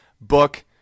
book